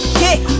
kick